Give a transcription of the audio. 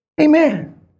Amen